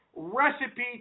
recipe